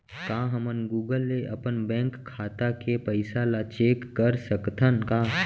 का हमन गूगल ले अपन बैंक खाता के पइसा ला चेक कर सकथन का?